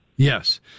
Yes